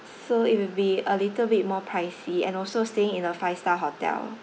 so it will be a little bit more pricey and also staying in a five star hotel